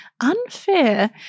unfair